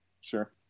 sure